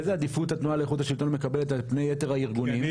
איזו עדיפות התנועה לאיכות השלטון מקבלת על פני יתר הארגונים?